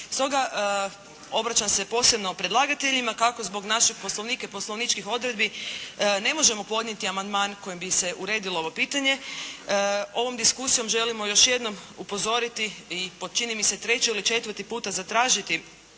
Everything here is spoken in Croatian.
Stoga obraćam se posebno predlagateljima kako zbog našeg Poslovnika i poslovničkih odredbi ne možemo podnijeti amandman kojim bi se uredilo ovo pitanje. Ovom diskusijom želimo još jednom upozoriti i po čini mi se po treći ili četvrti puta zatražiti